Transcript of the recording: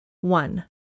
One